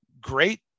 great